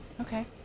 okay